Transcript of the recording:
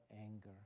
anger